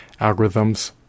algorithms